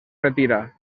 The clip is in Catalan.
retira